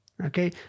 okay